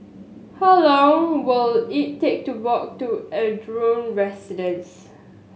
how long will it take to walk to Ardmore Residence